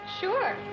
Sure